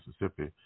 Mississippi